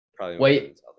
Wait